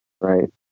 Right